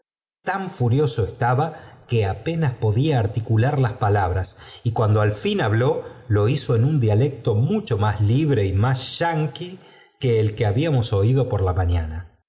tan furioso estaba que apenas podía articular ae palabras y cuando al fin habló lo hizo en un dialecto mucho más libre y más yanqui que el que habíamos oído por la mañana